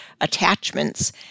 attachments